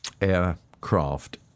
aircraft